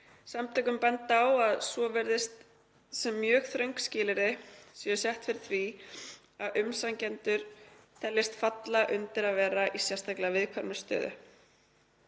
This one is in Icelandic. „Samtökin benda þó á að svo virðist sem mjög þröng skilyrði séu sett fyrir því að umsækjendur teljist falla undir að vera í sérstaklega viðkvæmri stöðu